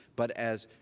but as